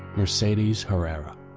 mercedes herrera.